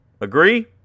Agree